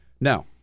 Now